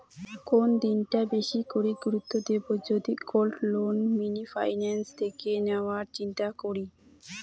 কোন দিকটা বেশি করে গুরুত্ব দেব যদি গোল্ড লোন মিনি ফাইন্যান্স থেকে নেওয়ার চিন্তা করি?